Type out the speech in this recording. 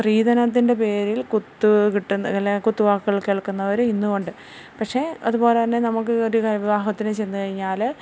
സ്ത്രീധനത്തിൻ്റെ പേരിൽ കുത്ത് കിട്ടുന്ന അല്ലേൽ കുത്ത് വാക്കുകൾ കേൾക്കുന്നവര് ഇന്നും ഉണ്ട് പക്ഷേ അതുപോലെ തന്നെ നമുക്ക് ഒരു വിവാഹത്തിന് ചെന്ന് കഴിഞ്ഞാല്